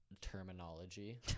terminology